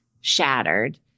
shattered